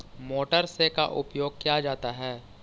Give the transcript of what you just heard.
Motor से का उपयोग क्या जाता है?